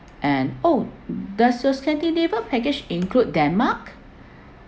and oh does the scandinavia package include denmark